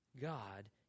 God